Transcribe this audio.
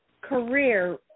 career